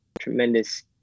tremendous